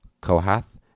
Kohath